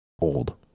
Old